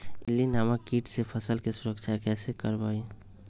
इल्ली नामक किट से फसल के सुरक्षा कैसे करवाईं?